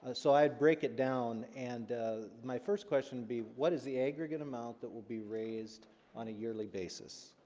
ah so i'd break it down and my first question would be what is the aggregate amount that will be raised on a yearly basis?